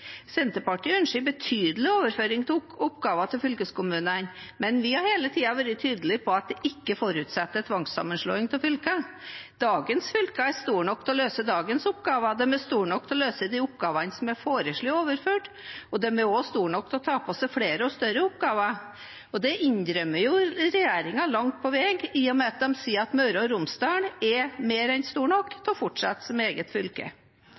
Senterpartiet ønsker en betydelig overføring av oppgaver til fylkeskommunene, men vi har hele tiden vært tydelige på at det ikke forutsetter tvangssammenslåing av fylker. Dagens fylker er store nok til å løse dagens oppgaver. De er store nok til å løse de oppgavene som er foreslått overført, og de er også store nok til å ta på seg flere og større oppgaver. Det innrømmer regjeringen langt på vei i og med at de sier at Møre og Romsdal er mer enn stort nok til å fortsette som eget fylke.